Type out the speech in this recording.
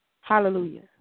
Hallelujah